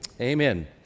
Amen